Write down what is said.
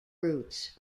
routes